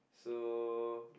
so